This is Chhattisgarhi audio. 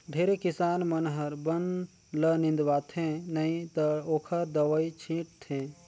ढेरे किसान मन हर बन ल निंदवाथे नई त ओखर दवई छींट थे